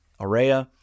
Aurea